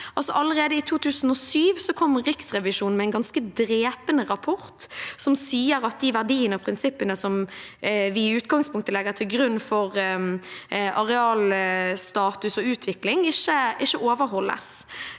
Allerede i 2007 kom Riksrevisjonen med en ganske drepende rapport som sa at de verdiene og prinsippene som vi i utgangspunktet legger til grunn for arealstatus og utvikling, ikke overholdes.